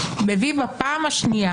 מביא בפעם השנייה